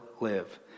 live